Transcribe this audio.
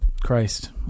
Christ